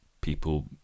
people